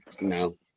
No